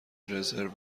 رزرو